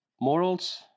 morals